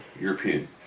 European